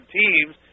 teams